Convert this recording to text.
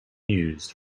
used